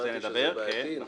לא ידעתי שזה בעייתי.